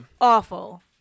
awful